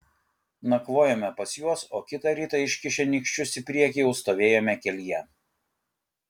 nakvojome pas juos o kitą rytą iškišę nykščius į priekį jau stovėjome kelyje